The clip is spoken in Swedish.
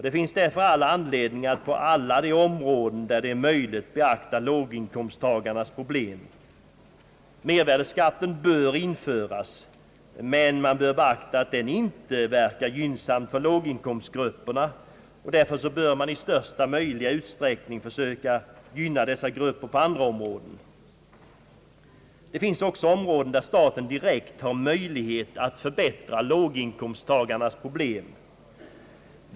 Det finns därför all anledning att på alla de områden där det är möjligt beakta låginkomsttagarnas problem. Mervärdeskatt bör införas, men man bör beakta att den inte verkar gynnsamt för låginkomstgrupperna. Därför bör man i största möjliga utsträckning försöka gynnna dessa grupper på andra områden. Dei finns också områden där staten direkt har möjlighet att förbättra låginkomsttagarnas ställning.